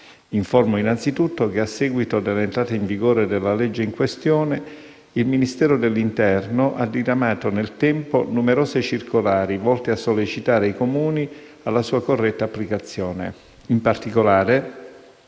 Informo, innanzitutto, che, a seguito dell'entrata in vigore della legge in questione, il Ministero dell'interno ha diramato nel tempo numerose circolari volte a sollecitare i Comuni alla sua corretta applicazione. In particolare,